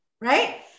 right